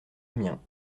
amiens